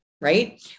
right